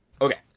Okay